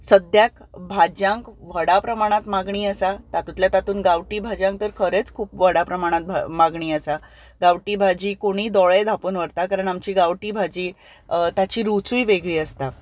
सद्याक भाज्यांक व्हडा प्रमाणांत मागणी आसा तातुंतल्या तातुंत गांवठी भाज्यांक तर खरेंच खूब व्हडा प्रमाणान मागणी आसा गांवठी भाजी कोणी दोळे धांपून व्हरता कारण आमची गांवठी भाजी ताची रुचूय वेगळी आसता